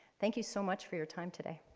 thank you so much for your time today.